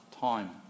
time